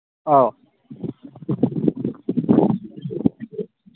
ꯑꯧ